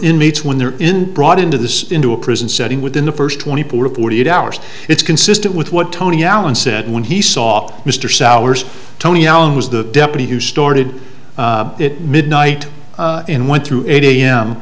inmates when they're in brought into this into a prison setting within the first twenty four to forty eight hours it's consistent with what tony allen said when he saw mr souers tony allen was the deputy who started it midnight in one through eight a